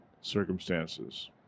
circumstances